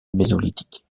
mésolithique